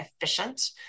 efficient